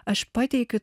aš pateikiu